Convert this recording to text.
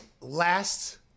last